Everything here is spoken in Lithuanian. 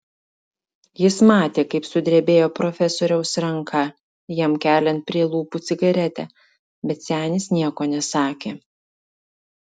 jis matė kaip sudrebėjo profesoriaus ranka jam keliant prie lūpų cigaretę bet senis nieko nesakė